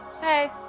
Hey